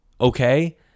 okay